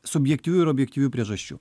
subjektyvių ir objektyvių priežasčių